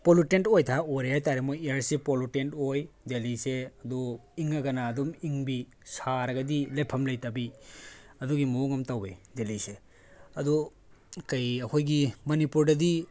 pollutant weather ꯑꯣꯏꯔꯦ ꯍꯥꯏꯇꯥꯔꯦ ꯃꯣꯏꯒꯤ ꯏꯌꯥꯔꯁꯦ ꯄꯣꯂꯨꯇꯦꯟꯠ ꯑꯣꯏ ꯗꯦꯜꯂꯤꯁꯦ ꯑꯗꯣ ꯏꯪꯉꯒꯅ ꯑꯗꯨꯝ ꯏꯪꯕꯤ ꯁꯥꯔꯒꯗꯤ ꯂꯩꯐꯝ ꯂꯩꯇꯕꯤ ꯑꯗꯨꯒꯤ ꯃꯑꯣꯡ ꯑꯃ ꯇꯧꯋꯦ ꯗꯦꯜꯂꯤꯁꯦ ꯑꯗꯨ ꯀꯔꯤ ꯑꯩꯈꯣꯏꯒꯤ ꯃꯅꯤꯄꯨꯔꯗꯗꯤ